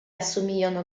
assomigliano